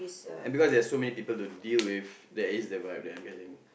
and because there's so many people to deal with that is the vibe that I'm getting